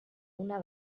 una